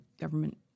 government